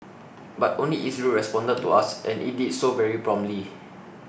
but only Israel responded to us and it did so very promptly